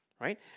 right